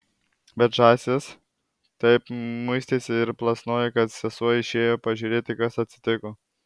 bet žąsis taip muistėsi ir plasnojo kad sesuo išėjo pažiūrėti kas atsitiko